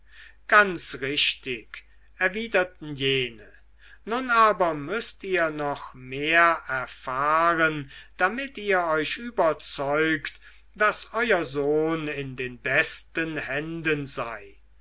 ganz richtig erwiderten jene nun aber müßt ihr noch mehr erfahren damit ihr euch überzeugt daß euer sohn in den besten händen sei